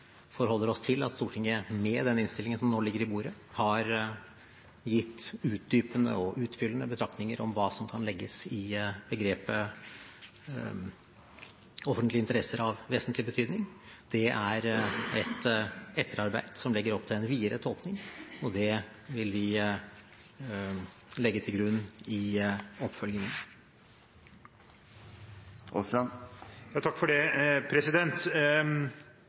forholder oss til at Stortinget, med den innstillingen som nå ligger på bordet, har gitt utdypende og utfyllende betraktninger om hva som kan legges i begrepet «offentlige interesser av vesentlig betydning». Det er et etterarbeid som legger opp til en videre tolkning, og det vil vi legge til grunn i oppfølgingen. Statsråden var innom at oppfyllingen av vilkårene ble basert på enkeltvedtak, og det